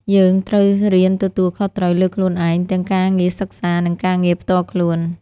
យើងត្រូវរៀនទទួលខុសត្រូវលើខ្លួនឯង ទាំងការងារសិក្សា និងការងារផ្ទាល់ខ្លួន។